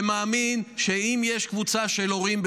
ומאמין שאם יש קבוצה של הורים,